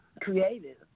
creative